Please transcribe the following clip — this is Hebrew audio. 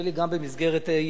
נדמה לי גם במסגרת אי-אמון,